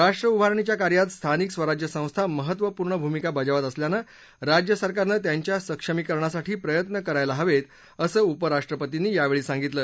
राष्ट्र उभारणीच्या कार्यात स्थानिक स्वराज्य संस्था महत्त्वपूर्ण भूमिका बजावत असल्यानं राज्यसरकारनं त्यांच्या सक्षमीकरणासाठी प्रयत्न करायला हवेत असं उपराष्ट्रपतींनी यावेळी सांगितलं